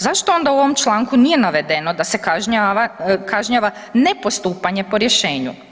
Zašto onda u ovom članku nije navedeno da se kažnjava nepostupanje po rješenju?